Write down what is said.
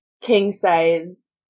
king-size